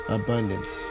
abundance